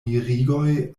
mirigoj